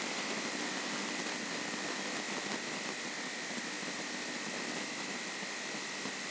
साहब जेतना दिन खातिर हम पैसा फिक्स करले हई समय पूरा भइले के बाद ही मिली पैसा?